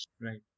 Right